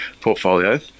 portfolio